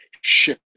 ship